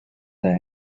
the